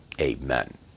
Amen